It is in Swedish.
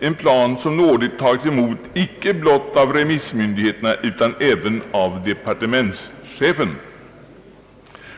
en plan som nådigt tagits emot icke blott av remissmyndigheterna utan även av departementschefen.